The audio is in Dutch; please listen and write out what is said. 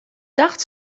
dacht